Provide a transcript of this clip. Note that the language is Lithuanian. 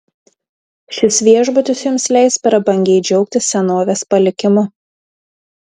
šis viešbutis jums leis prabangiai džiaugtis senovės palikimu